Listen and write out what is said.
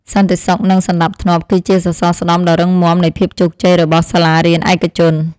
សន្តិសុខនិងសណ្តាប់ធ្នាប់គឺជាសសរស្តម្ភដ៏រឹងមាំនៃភាពជោគជ័យរបស់សាលារៀនឯកជន។